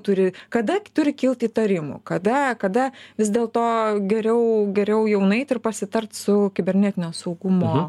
turi kada turi kilt įtarimų kada kada vis dėlto geriau geriau jau nueit ir pasitart su kibernetinio saugumo